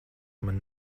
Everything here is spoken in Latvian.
mani